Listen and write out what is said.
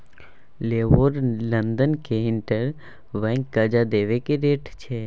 LIBOR लंदनक inter bank करजा देबाक रेट छै